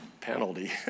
penalty